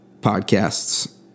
podcasts